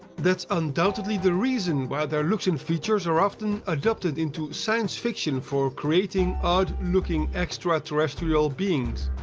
that's undoubtedly the reason why their looks and features are often adopted into science fiction for creating odd-looking extraterrestrial beings.